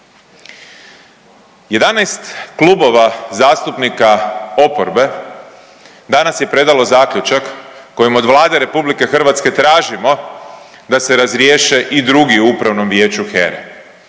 11 klubova zastupnika oporbe danas je predalo zaključak kojim od Vlade RH tražimo da se razriješe i drugi u upravnom vijeću